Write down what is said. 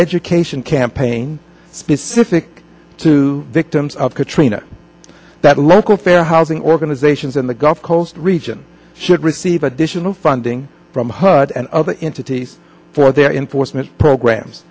education campaign specific to victims of katrina that local fair housing organizations in the gulf coast region should receive additional funding from hud and other into teeth for their enforcement programs